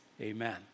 Amen